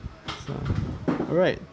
alright